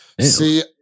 see